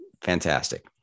fantastic